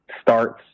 starts